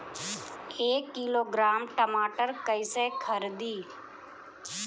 एक किलोग्राम टमाटर कैसे खरदी?